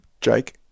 Jake